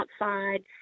Outside